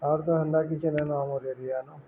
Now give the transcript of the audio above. ଆଉ ତ ଧନ୍ଦା କି ଚେ ନନୁ ଆମ ରେଆନୁ